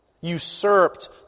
usurped